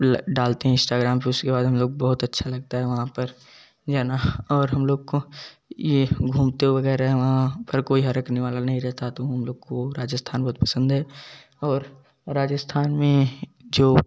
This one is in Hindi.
ला डालते है इंस्टाग्राम पर उसके बाद हम लोग बहुत अच्छा लगता है वहाँ पर जाना और हम लोग को ये घूमते वगैरह है वहाँ पर वहाँ कोई हरकने वाला नही रहता तो हम लोग को राजस्थान बहुत पसंद है और राजस्थान में जो